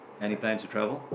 any plans to travel